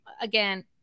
again